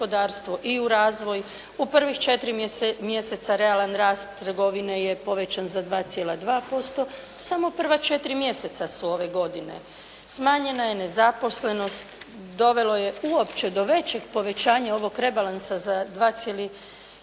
i u razvoj. U prvih 4 mjeseca realan rast trgovine je povećan za 2,2%, samo prva četiri mjeseca su ove godine. Smanjena je nezaposlenost, dovelo je uopće do većih povećanja ovog rebalansa za 2,5